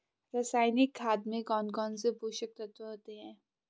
रासायनिक खाद में कौन कौन से पोषक तत्व होते हैं?